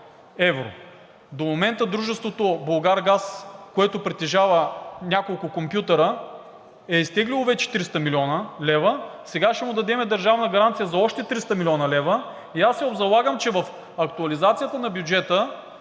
До момента дружеството „Булгаргаз“, което притежава няколко компютъра, е изтеглило вече 300 млн. лв., сега ще му дадем държавна гаранция за още 300 млн. лв. и аз се обзалагам, че в актуализацията на бюджета,